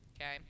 Okay